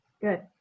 Good